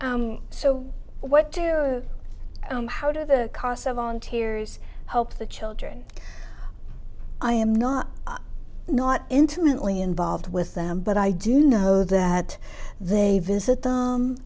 so what do you how do the cost of volunteers hope the children i am not not intimately involved with them but i do know that they visit them